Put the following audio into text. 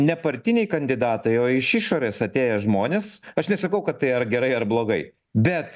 nepartiniai kandidatai o iš išorės atėję žmonės aš nesakau kad tai yra gerai ar blogai bet